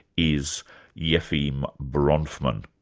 is yefim bronfman.